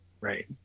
right